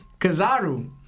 Kazaru